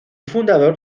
fundador